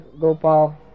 Gopal